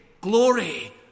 glory